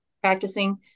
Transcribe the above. practicing